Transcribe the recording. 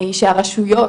היא שהרשויות